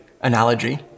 analogy